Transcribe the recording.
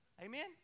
Amen